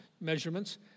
measurements